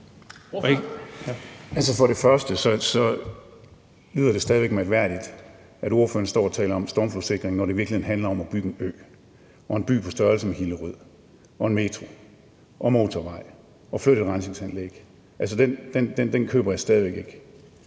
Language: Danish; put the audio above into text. det lyder stadig væk mærkværdigt, at ordføreren står og taler om stormflodssikring, når det i virkeligheden handler om at bygge en ø og en by på størrelse med Hillerød og en metro og motorvej og rensningsanlæg. Altså, den køber jeg stadig væk ikke.